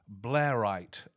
Blairite